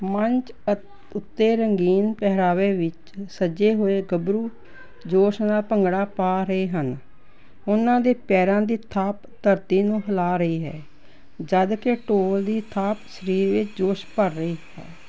ਮੰਚ ਉੱਤੇ ਰੰਗੀਨ ਪਹਿਰਾਵੇ ਵਿੱਚ ਸੱਜੇ ਹੋਏ ਗੱਭਰੂ ਜੋਸ਼ ਨਾਲ ਭੰਗੜਾ ਪਾ ਰਹੇ ਹਨ ਉਹਨਾਂ ਦੇ ਪੈਰਾਂ ਦੀ ਥਾਪ ਧਰਤੀ ਨੂੰ ਹਿਲਾ ਰਹੀ ਹੈ ਜਦ ਕਿ ਢੋਲ ਦੀ ਥਾਪ ਸਰੀਰ ਵਿੱਚ ਜੋਸ਼ ਭਰ ਰਹੀ ਹੈ